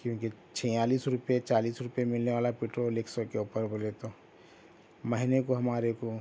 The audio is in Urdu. کیونکہ چھیالیس روپے چالیس روپے ملنے والا پٹرول ایک سو کے اوپر بولے تو مہینے کو ہمارے کو